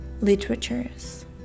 literatures